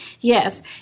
Yes